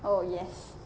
oh yes